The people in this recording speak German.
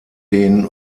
den